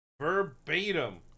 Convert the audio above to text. Verbatim